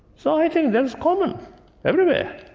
so i think that is common everywhere.